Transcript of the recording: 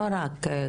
לא רק,